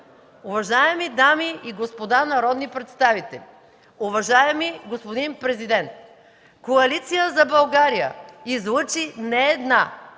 Уважаеми дами и господа народни представители, уважаеми господин Президент! Коалиция за България излъчи не една